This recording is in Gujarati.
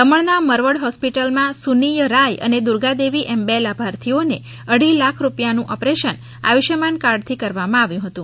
દમણના મરવડ હોસ્પિટલમાં સુનિય રાય અને દુર્ગાદેવી એમ બે લાભાથીઓને અઢી લાખ રૂપિથાનું ઓપરેશન આયુષ્માન કાર્ડથી કરવામાં આવ્યુ હતુ